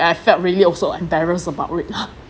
I felt really oh so embarrassed about it lah